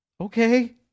okay